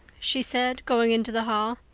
she said, going into the hall.